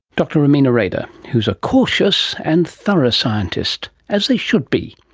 dr romina rader, who is a cautious and thorough scientist, as they should be.